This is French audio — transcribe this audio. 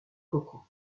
coco